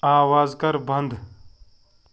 آواز کَر بَنٛد